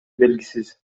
белгисиз